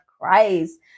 Christ